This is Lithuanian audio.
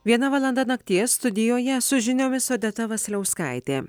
viena valanda nakties studijoje su žiniomis odeta vasiliauskaitė